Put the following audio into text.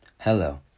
Hello